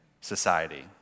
society